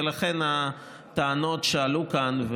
ולכן הטענות שעלו כאן,